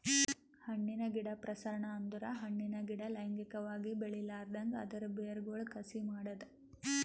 ಹಣ್ಣಿನ ಗಿಡ ಪ್ರಸರಣ ಅಂದುರ್ ಹಣ್ಣಿನ ಗಿಡ ಲೈಂಗಿಕವಾಗಿ ಬೆಳಿಲಾರ್ದಂಗ್ ಅದರ್ ಬೇರಗೊಳ್ ಕಸಿ ಮಾಡದ್